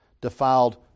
defiled